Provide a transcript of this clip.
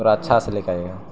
اور اچھا سے لے کے آئیے گا